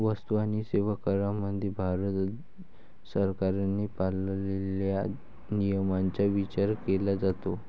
वस्तू आणि सेवा करामध्ये भारत सरकारने पाळलेल्या नियमांचा विचार केला जातो